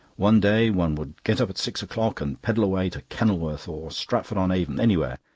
one day one would get up at six o'clock and pedal away to kenilworth, or stratford-on-avon anywhere.